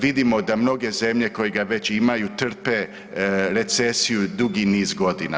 Vidimo da mnoge zemlje koje ga već imaju trpe recesiju dugi niz godina.